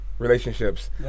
Relationships